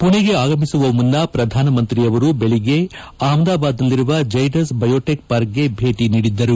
ಪುಣೆಗೆ ಆಗಮಿಸುವ ಮುನ್ನ ಪ್ರಧಾನಮಂತ್ರಿ ಅವರು ಬೆಳಗ್ಗೆ ಅಹಮದಾಬಾದ್ನಲ್ಲಿರುವ ಜೈಡಸ್ ಬಯೋಟೆಕ್ ಪಾರ್ಕ್ಗೆ ಭೇಟಿ ನೀಡಿದ್ದರು